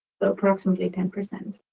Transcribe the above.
approximately ten percent.